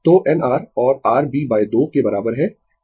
तो n r और r b 2 के बराबर है